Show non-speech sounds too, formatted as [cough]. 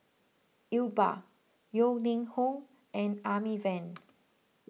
Iqbal Yeo Ning Hong and Amy Van [noise]